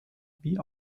wie